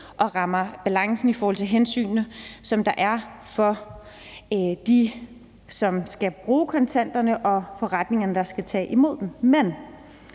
og rammer balancen i forhold til hensynene til dem, som skal bruge kontanterne, og de forretninger, der skal tage imod dem. Men